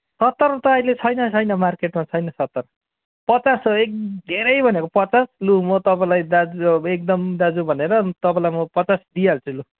सत्तर त अहिले छैन छैन मार्केटमा छैन सत्तर पचास छ एक धेरै भनेको पचास लु म तपाईँलाई दाजु एकदम दाजु भनेर तपाईँलाई म पचास दिइहाल्छु लु